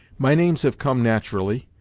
my names have come nat'rally,